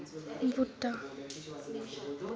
बूह्टा